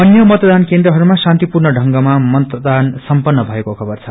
अन्य मतदान केन्द्रहरूमा शान्पिूर्ण ढत्रंगमा मतदान सम्पन्न मएको खबर छ